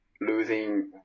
losing